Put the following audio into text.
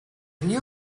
new